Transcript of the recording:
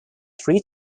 three